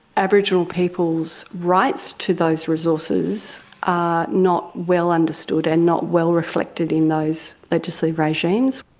aboriginal people's rights to those resources are not well understood and not well reflected in those legislative regimes.